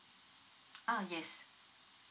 uh yes